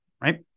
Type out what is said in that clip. right